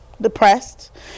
depressed